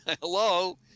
Hello